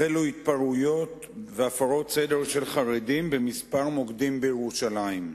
החלו התפרעויות והפרות סדר של חרדים בכמה מוקדים בירושלים.